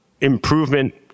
improvement